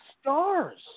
stars